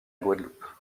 guadeloupe